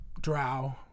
drow